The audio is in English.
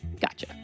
Gotcha